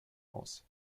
aus